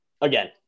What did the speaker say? again